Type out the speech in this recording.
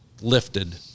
lifted